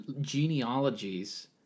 genealogies